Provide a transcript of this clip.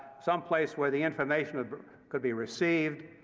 some place where the information ah could be received,